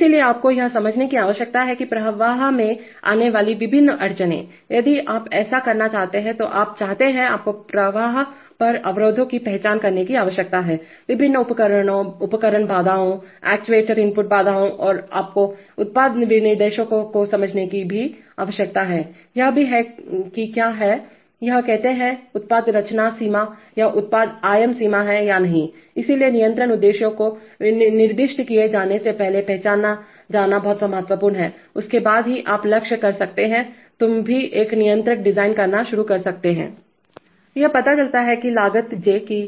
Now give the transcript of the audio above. इसलिए आपको यह समझने की आवश्यकता है कि प्रवाह में आने वाली विभिन्न अड़चनें यदि आप ऐसा करना चाहते हैं तो आप चाहते हैं आपको प्रवाह पर अवरोधों की पहचान करने की आवश्यकता है विभिन्न उपकरण बाधाओं एक्चुएटर इनपुट बाधाओं और आपको उत्पाद विनिर्देशों को समझने की भी आवश्यकता हैयह है कि क्या हैं हम कहते हैंउत्पाद रचना सीमा या उत्पाद आयाम सीमा है या नहीं इसलिए नियंत्रण उद्देश्यों को निर्दिष्ट किए जाने से पहले पहचाना जाना बहुत महत्वपूर्ण है उसके बाद ही आप लक्ष्य कर सकते हैं तुम भी एक नियंत्रक डिजाइन करना शुरू कर सकते हैं यह पता चलता है कि लागत जेकि